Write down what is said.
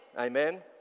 Amen